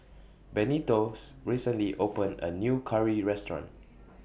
Benito's recently opened A New Curry Restaurant